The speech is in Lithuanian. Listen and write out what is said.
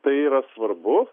tai yra svarbu